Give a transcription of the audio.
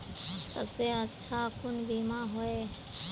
सबसे अच्छा कुन बिमा होय?